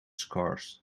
scarce